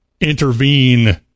intervene